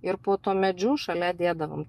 ir po tuo medžiu šalia dėdavom